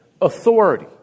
authority